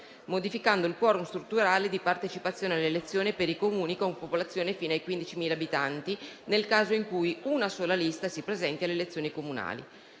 modificando il *quorum* strutturale di partecipazione alle elezioni per i Comuni con popolazione fino ai 15.000 abitanti, nel caso in cui una sola lista si presenti alle elezioni comunali.